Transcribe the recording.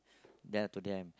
ya to them